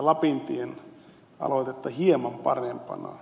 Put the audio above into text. lapintien aloitetta hieman parempana